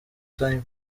time